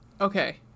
okay